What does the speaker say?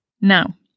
Now